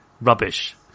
rubbish